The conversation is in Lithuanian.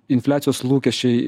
infliacijos lūkesčiai